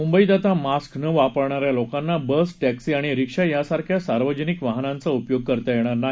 मुंबईत आता मास्क न वापरणाऱ्या लोकांना बस टॅक्सी आणि रिक्षा यांसारख्या सार्वजनिक वाहनांचा उपयोग करता येणार नाही